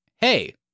hey